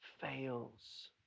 fails